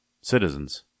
citizens